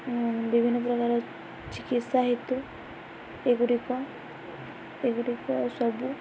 ବିଭିନ୍ନ ପ୍ରକାର ଚିକିତ୍ସା ହେତୁ ଏଗୁଡ଼ିକ ଏଗୁଡ଼ିକ ସବୁ